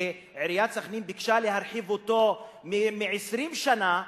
שעיריית סח'נין ביקשה להרחיב אותו לפני 20 שנה,